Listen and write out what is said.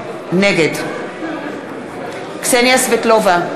נגד קסניה סבטלובה,